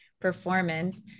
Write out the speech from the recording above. performance